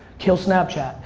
kill snapchat.